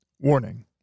Warning